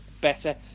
better